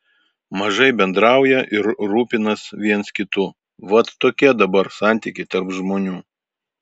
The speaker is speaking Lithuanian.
mažai bendrauja ir rūpinas viens kitu vat tokie dabar santykiai tarp žmonių